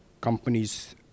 companies